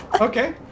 Okay